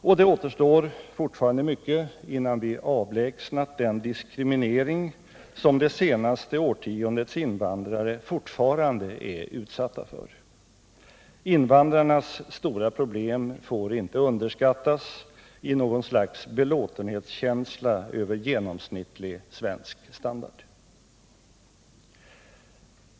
Och det återstår fortfarande mycket innan vi avlägsnat den diskriminering som det senaste årtiondets invandrare fortfarande är utsatta för. Invandrarnas stora problem får inte underskattas i något slags belåten hetskänsla över genomsnittlig svensk standard.